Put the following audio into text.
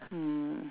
mm